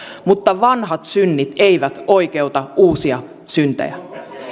mutta vanhat synnit eivät oikeuta uusia syntejä